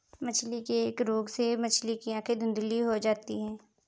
मछली के एक रोग से मछली की आंखें धुंधली हो जाती है